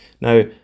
now